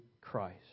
Christ